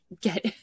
get